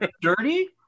Dirty